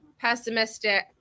pessimistic